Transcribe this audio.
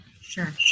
sure